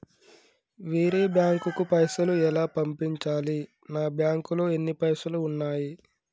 వేరే బ్యాంకుకు పైసలు ఎలా పంపించాలి? నా బ్యాంకులో ఎన్ని పైసలు ఉన్నాయి?